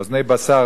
אוזני בשר,